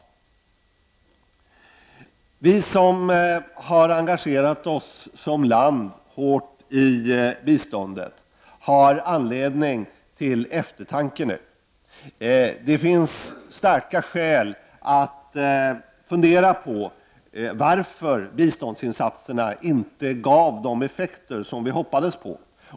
Vi i vårt land som har engagerat oss hårt i biståndsarbete har anledning till eftertanke. Det finns starka skäl att fundera över varför biståndsinsatserna inte har gett de effekter som vi hoppats på.